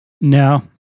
No